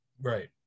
Right